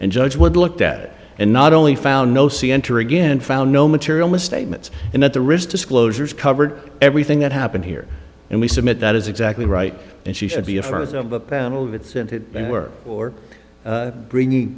and judge would looked at it and not only found no see enter again found no material misstatements and at the risk disclosures covered everything that happened here and we submit that is exactly right and she should be a front of a panel that sent it work or bringing